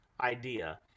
idea